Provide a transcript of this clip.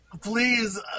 Please